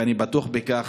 ואני בטוח בכך.